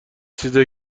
چیزایی